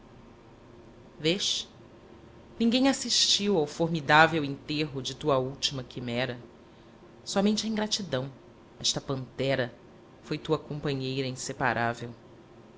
vês ninguém assistiu ao formidável enterro de tua última quimera somente a ingratidão esta pantera foi tua companheira inseparável